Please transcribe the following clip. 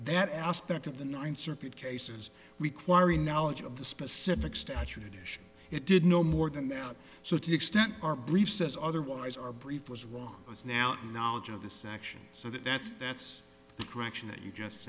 that aspect of the ninth circuit cases we quire the knowledge of the specific statute issue it did no more than that so to the extent our brief says otherwise our brief was wrong because now knowledge of this action so that that's that's the correction that you just